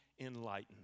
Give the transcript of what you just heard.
enlightened